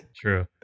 True